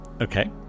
Okay